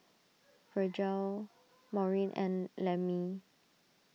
Virgle Maureen and Lemmie